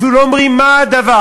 אפילו לא אומרים מה הדבר.